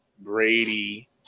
Brady